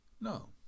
No